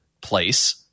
place